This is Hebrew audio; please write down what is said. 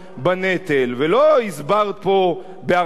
ולא הסברת פה בהרחבה,